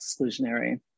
exclusionary